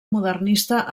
modernista